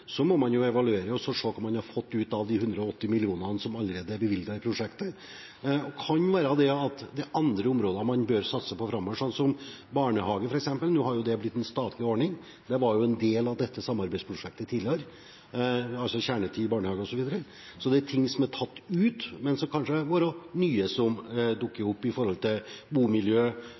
må man jo evaluere og se på hva man har fått ut av de 180 mill. kr som allerede er bevilget i prosjektet. Det kan være det er andre områder man bør satse på framover, som barnehager, f.eks. Nå har jo kjernetid i barnehage blitt en statlig ordning, det var en del av dette samarbeidsprosjektet tidligere. Så det er ting som er tatt ut, men kanskje kan det være nye som dukker opp når det gjelder bomiljø